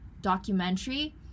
documentary